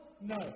No